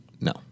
No